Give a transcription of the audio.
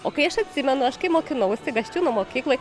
o kai aš atsimenu aš kai mokinausi gasčiūnų mokykloj